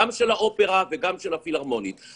גם של האופרה וגם של הפילהרמונית.